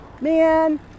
Man